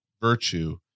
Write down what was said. virtue